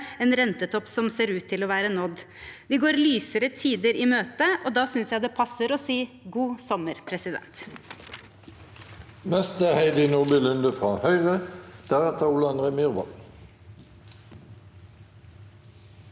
en rentetopp som ser ut til å være nådd. Vi går lysere tider i møte, og da synes jeg det passer å si god sommer. Heidi